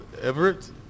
Everett